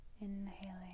Inhaling